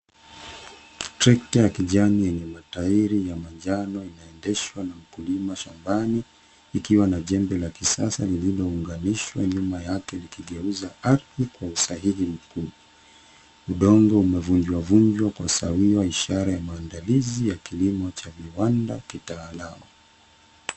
Trekta ya kijani yenye matairi ya manjano inaendeshwa na mkulima shambani ikiwa na jembe la kisasa lililo unganishwa nyuma yake likigeuza ardhi kwa usahihi mkubwa udongo umevunjwa vunjwa kwa sawiwa ishara ya maandalizi ya kilimo cha viwanda kitaalamu.